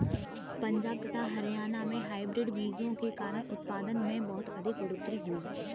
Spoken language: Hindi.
पंजाब तथा हरियाणा में हाइब्रिड बीजों के कारण उत्पादन में बहुत अधिक बढ़ोतरी हुई